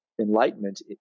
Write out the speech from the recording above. enlightenment